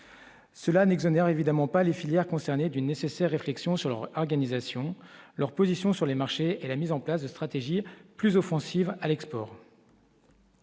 Cela n'exonère évidemment pas les filières concernées d'une nécessaire réflexion sur leur organisation, leur position sur les marchés et la mise en place de stratégies plus offensive à l'export.